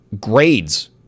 grades